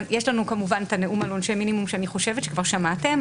יש לנו כמובן את הנאום על עונשי מינימום שאני חושבת שכבר שמעתם,